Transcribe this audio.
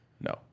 No